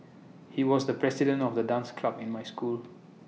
he was the president of the dance club in my school